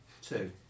Two